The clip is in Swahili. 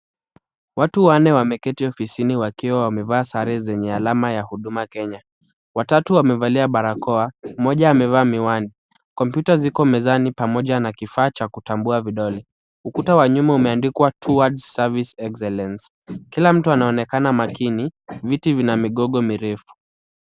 Watu wanne wameketi ofisisni wakiwa wamevaa sare zenye alama ya Huduma Kenya. Watatu wamevalia barakoa. Mmoja amevaa miwani. Kompyuta ziko mezani pamoja na kifaa cha kutambua vidole. Ukuta wa nyuma umeandikwa towards service excellence . Kila mtu anaonekana makini. Viti vina migongo mirefu.